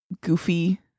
goofy